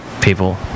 People